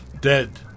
Dead